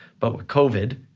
but with covid,